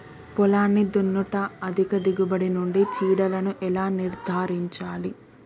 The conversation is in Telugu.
పొలాన్ని దున్నుట అధిక దిగుబడి నుండి చీడలను ఎలా నిర్ధారించాలి?